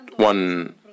One